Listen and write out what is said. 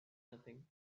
nothing